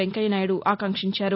వెంకయ్యనాయుడు ఆకాంక్షించారు